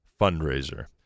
fundraiser